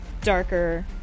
darker